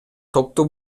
топтук